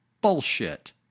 Bullshit